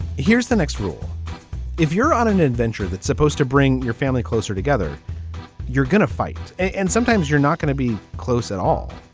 here's the next rule if you're on an adventure that's supposed to bring your family closer together you're going to fight and sometimes you're not going to be close at all.